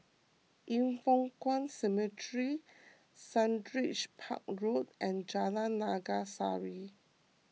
Yin Foh Kuan Cemetery Sundridge Park Road and Jalan Naga Sari